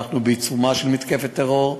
אנחנו בעיצומה של מתקפת טרור,